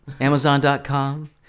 amazon.com